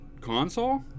console